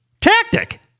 tactic